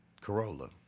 Corolla